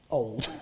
old